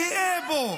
גאה בו.